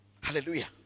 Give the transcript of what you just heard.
Hallelujah